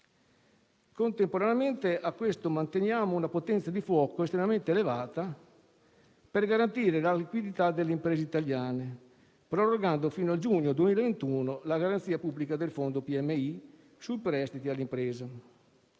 Contemporaneamente a questo, manteniamo una potenza di fuoco estremamente elevata per garantire la liquidità delle imprese italiane, prorogando fino a giugno 2021 la garanzia pubblica del fondo PMI su prestiti alle imprese.